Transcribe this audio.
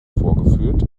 vorgeführt